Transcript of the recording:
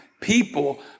people